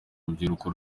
rubyiruko